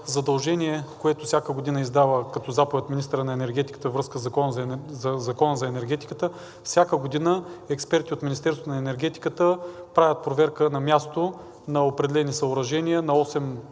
задължение, което всяка година издава като заповед министърът на енергетиката във връзка със Закона за енергетиката, всяка година експерти от Министерството на енергетиката правят проверка на място на определени съоръжения на осем